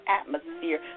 atmosphere